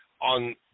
on